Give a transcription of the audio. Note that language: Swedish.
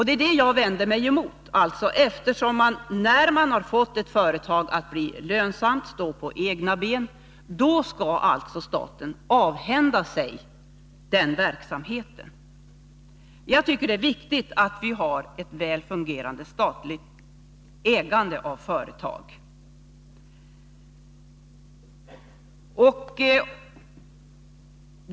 Det som jag vänder mig mot är att staten efter det att man har fått ett företag att bli lönsamt och stå på egna ben skall avhända sig den verksamheten. Det är viktigt att vi har ett väl fungerande statligt ägande av företag.